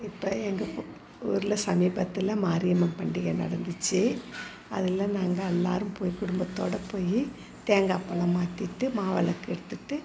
இப்போ எங்கள் ஊரில் சமீபத்தில் மாரியம்மன் பண்டிகை நடந்துச்சு அதில் நாங்கள் எல்லாரும் போய் குடும்பத்தோடய போய் தேங்காய் பழம் மாற்றிட்டு மாவிளக்கு எடுத்துட்டு